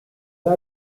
dad